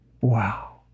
Wow